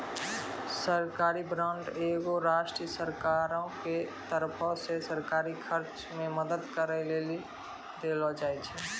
सरकारी बांड एगो राष्ट्रीय सरकारो के तरफो से सरकारी खर्च मे मदद करै लेली देलो जाय छै